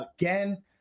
again